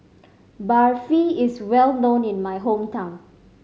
barfi is well known in my hometown